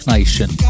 Nation